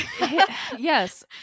Yes